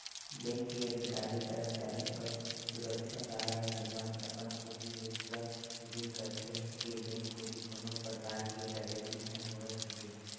bank के अधिकारी, करमचारी अउ सुरक्छा गार्ड मन अपन कोती ले पूरा उदिम करथे के बेंक कोती कोनो परकार के डकेती झन होवय कहिके